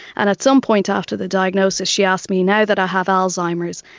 and at some point after the diagnosis she asked me, now that i have alzheimer's,